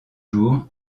jours